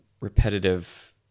repetitive